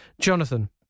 Jonathan